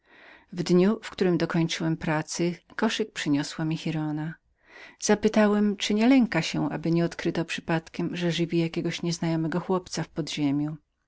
w dniu w którym dokończyłem pracy gdy giralda przyniosła mi koszyk zapytałem czyli nie lękała się aby nie odkryto przypadkiem że żywi jakiegoś nieznajomego chłopca w podziemiu